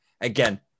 again